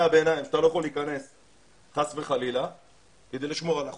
הביניים שאתה לא יכול להיכנס חס וחלילה כדי לשמור על החונטה,